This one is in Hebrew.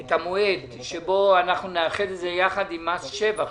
את המועד בו אנחנו נאחד את זה יחד עם מס שבח.